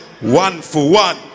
one-for-one